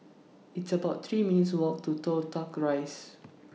It's about three minutes' Walk to Toh Tuck Rise